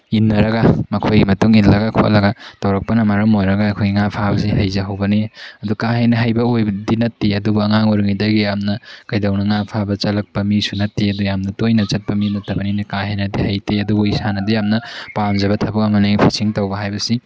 ꯏꯟꯅꯔꯒ ꯃꯈꯣꯏꯒꯤ ꯃꯇꯨꯡ ꯏꯜꯂꯒ ꯈꯣꯠꯂꯒ ꯇꯧꯔꯛꯄꯅ ꯃꯔꯝ ꯑꯣꯏꯔꯒ ꯑꯩꯈꯣꯏ ꯉꯥ ꯐꯥꯕꯁꯤ ꯍꯩꯖꯍꯧꯕꯅꯤ ꯑꯗꯨ ꯀꯥ ꯍꯦꯟꯅ ꯍꯩꯕ ꯑꯣꯏꯕꯗꯨꯗꯤ ꯅꯠꯇꯦ ꯑꯗꯨꯕꯨ ꯑꯉꯥꯡ ꯑꯣꯏꯔꯤꯉꯩꯗꯒꯤ ꯌꯥꯝꯅ ꯀꯩꯗꯧꯅ ꯉꯥ ꯐꯥꯕ ꯆꯠꯂꯛꯄ ꯃꯤꯁꯨ ꯅꯠꯇꯦ ꯑꯗꯨ ꯌꯥꯝꯅ ꯇꯣꯏꯅ ꯆꯠꯄ ꯃꯤ ꯅꯠꯇꯕꯅꯤꯅ ꯀꯥ ꯍꯦꯟꯅꯗꯤ ꯍꯩꯇꯦ ꯑꯗꯨꯕꯨ ꯏꯁꯥꯅꯗꯤ ꯌꯥꯝꯅ ꯄꯥꯝꯖꯕ ꯊꯕꯛ ꯑꯃꯅꯤ ꯐꯤꯁꯤꯡ ꯇꯧꯕ ꯍꯥꯏꯕꯁꯤ